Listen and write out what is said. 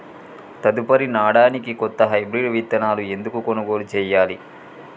తదుపరి నాడనికి కొత్త హైబ్రిడ్ విత్తనాలను ఎందుకు కొనుగోలు చెయ్యాలి?